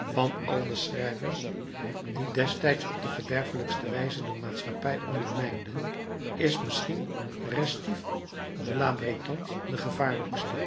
van al de schrijvers die destijds op de verderfelijkste wijze de maatschappij ondermijnden is misschien restif de la bretonne de gevaarlijkste